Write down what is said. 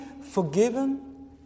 forgiven